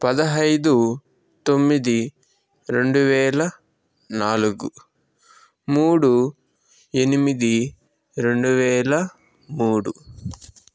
పదిహేను తొమ్మిది రెండు వేల నాలుగు మూడు ఎనిమిది రెండు వేల మూడు